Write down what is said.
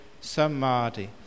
Samadhi